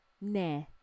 Nah